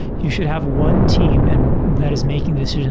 you should have one team and that is making the decisions,